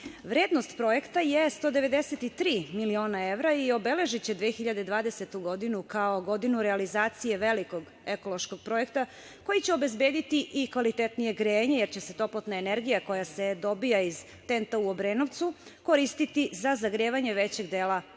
projekta je 193 miliona evra i obeležiće 2020. godinu kao godinu realizacije veliko ekološkog projekta koji će obezbediti i kvalitetnije grejanje, jer će se toplotna energija koja se dobija iz TENT u Obrenovcu koristiti za zagrevanje većeg dela Novog